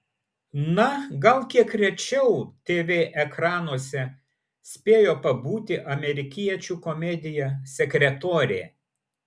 na gal kiek rečiau tv ekranuose spėjo pabūti amerikiečių komedija sekretorė